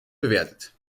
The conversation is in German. bewertet